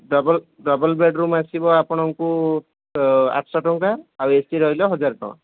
double double bedroom ଆସିବ ଆପଣଙ୍କୁ ଆଠଶହ ଟଙ୍କା ଆଉ ଏ ସି ରହିଲେ ହଜାର ଟଙ୍କା